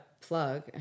plug